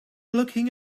looking